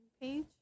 page